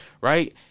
right